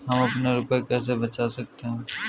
हम अपने रुपये कैसे बचा सकते हैं?